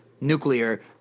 nuclear